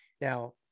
Now